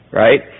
right